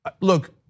look